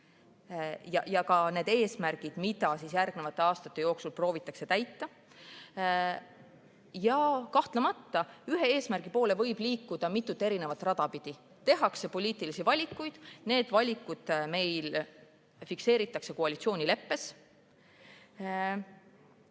ja ka eesmärgid, mida järgmiste aastate jooksul proovitakse täita. Kahtlemata, ühe eesmärgi poole võib liikuda mitut erinevat rada pidi. Tehakse poliitilisi valikuid, need valikud fikseeritakse koalitsioonileppes.